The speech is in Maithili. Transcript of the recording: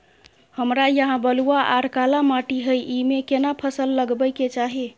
हमरा यहाँ बलूआ आर काला माटी हय ईमे केना फसल लगबै के चाही?